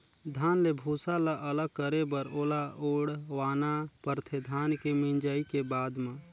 धान ले भूसा ल अलग करे बर ओला उड़वाना परथे धान के मिंजाए के बाद म